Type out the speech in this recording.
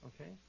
okay